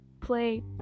play